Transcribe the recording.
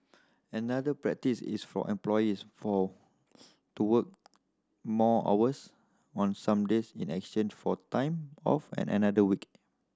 another practice is for employees for to work more hours on some days in exchange for time off on another week